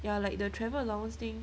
ya like the travel allowance thing